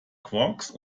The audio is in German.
quarks